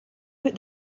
put